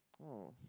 oh